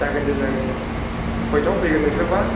जागोन दे जागोन दे खयथायाव फैगोन नोंसोरबा